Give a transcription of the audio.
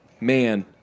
man